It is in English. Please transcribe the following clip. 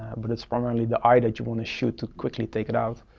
but it's primarily the eye that you want to shoot to quickly take it out.